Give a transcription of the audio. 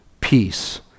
peace